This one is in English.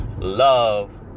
love